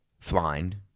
Flying